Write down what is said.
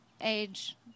age